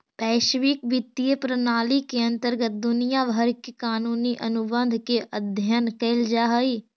वैश्विक वित्तीय प्रणाली के अंतर्गत दुनिया भर के कानूनी अनुबंध के अध्ययन कैल जा हई